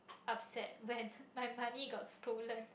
upset when my money got stolen